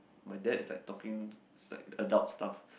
my dad is like talking it's like adult stuff